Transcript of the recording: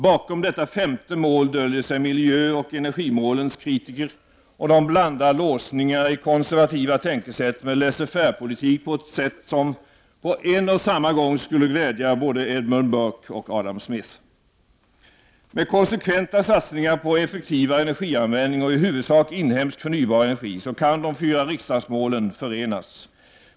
Bakom detta femte mål döljer sig miljöoch energimålens kritiker — och de blandar låsningar i konservativa tänkesätt med laissez-faire-politik på ett vis som, på en och samma gång, skulle glädja Edmund Burke och Adam Smith. Med konsekventa satsningar på effektivare energianvändning och i huvudsak inhemsk förnybar energi kan de fyra riksdagsmålen förenas.